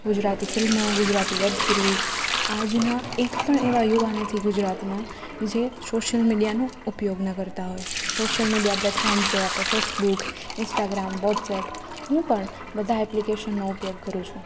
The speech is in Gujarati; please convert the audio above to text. ગુજરાતી ફિલ્મો ગુજરાતી વેબસીરિઝ આજના એકપણ એવા યુવા નથી ગુજરાતમાં જે સોશલ મીડિયાનો ઉપયોગ ન કરતાં હોય સોસ્યલ મિડીયા પ્લેટ્ફોમ્સ જેવા કે ફેસબુક ઇંસ્ટાગ્રામ વોટ્સએપ હું પણ બધા એપ્લિકેશનનો ઉપયોગ કરું છું